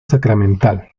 sacramental